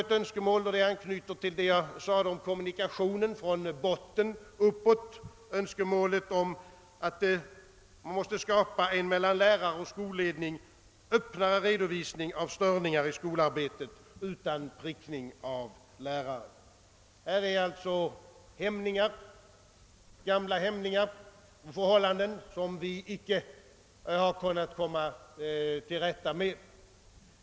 Ett önskemål som anknyter till det jag sade om kommunikationen från botten och uppåt är att det mellan lärare och skolledning åstadkommes en Ööppnare redovisning av störningar i skolarbetet utan prickning av lärare. Här är det fråga om gamla hämningar och förhållanden som vi inte kunnat komma till rätta med.